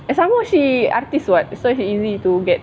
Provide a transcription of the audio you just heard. and some more she artiste [what] so it's easy to get